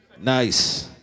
Nice